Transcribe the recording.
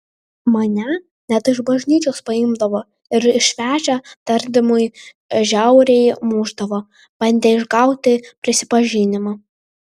mane net iš bažnyčios paimdavo ir išvežę tardymui žiauriai mušdavo bandė išgauti prisipažinimą